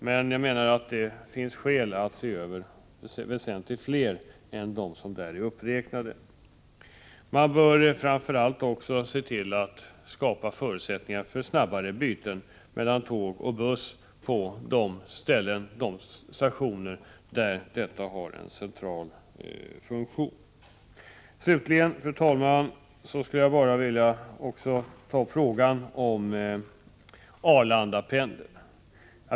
Men jag menar att det finns skäl att se över väsentligt fler än de stationer som där är uppräknade. Man bör framför allt också se till att skapa förutsättningar för snabbare byten mellan tåg och buss på de stationer där detta har en central funktion. Fru talman! Jag skulle vilja ta upp frågan om Arlandapendeln.